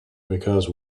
because